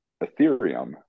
Ethereum